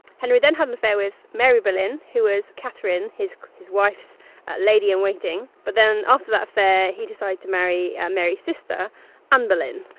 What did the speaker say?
henry then had an affair with mary bolyn, who was catherine, his his wife's lady in waiting. but then, after that affair he decided to marry mary's sister anne bolyn.